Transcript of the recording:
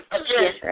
again